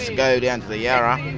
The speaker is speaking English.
go down to the yarra.